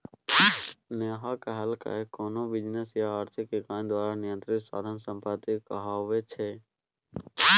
नेहा कहलकै कोनो बिजनेस या आर्थिक इकाई द्वारा नियंत्रित साधन संपत्ति कहाबै छै